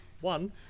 One